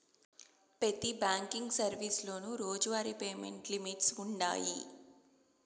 పెతి బ్యాంకింగ్ సర్వీసులోనూ రోజువారీ పేమెంట్ లిమిట్స్ వుండాయి